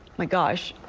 my gosh.